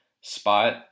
spot